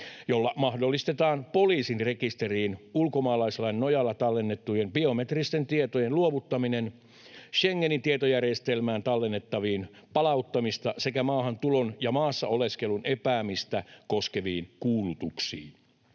jolla mahdollistetaan poliisin rekisteriin ulkomaalaislain nojalla tallennettujen biometristen tietojen luovuttaminen Schengenin tietojärjestelmään tallennettaviin palauttamista sekä maahantulon ja maassa oleskelun epäämistä koskeviin kuulutuksiin.